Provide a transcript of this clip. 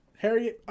Harry